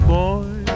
boy